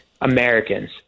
Americans